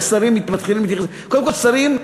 קודם כול שרים,